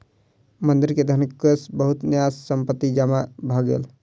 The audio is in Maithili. मंदिर के धनकोष मे बहुत न्यास संपत्ति जमा भ गेल